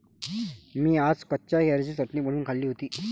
मी आज कच्च्या कैरीची चटणी बनवून खाल्ली होती